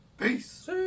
peace